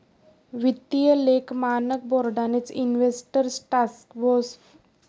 वित्तीय लेख मानक बोर्डानेच इन्व्हेस्टर टास्क फोर्सची स्थापना केलेली आहे